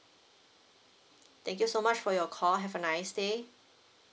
thank you so much for your call have a nice day